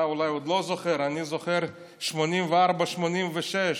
אתה אולי עוד לא זוכר, אני זוכר, 1984, 1986,